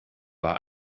war